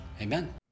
Amen